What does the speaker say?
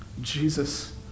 Jesus